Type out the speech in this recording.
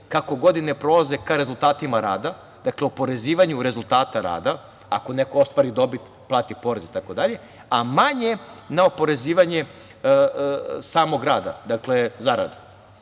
kako godine prolaze, ka rezultatima rada, oporezivanju rezultata rada, ako neko ostvari dobit plati porez itd, a manje na oporezivanje samog rada, zarade.